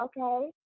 okay